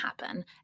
happen